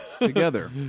together